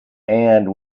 and